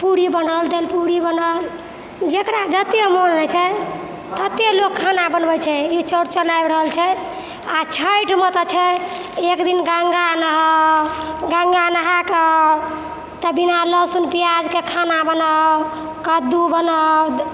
पूड़ी बनल दइलपूड़ी बनल जकरा जतेक मोन होइ छै ततेक लोक खाना बनबै छै ई चौरचन आबि रहल छै आओर छैठमे तऽ छै एक दिन गङ्गा नहाउ गङ्गा नहाकऽ आउ तऽ बिना लहसुन पिआजके खाना बनाउ कद्दू बनाउ